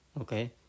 Okay